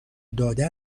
داده